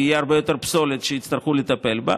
כי תהיה הרבה יותר פסולת שיצטרכו לטפל בה,